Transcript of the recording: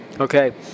Okay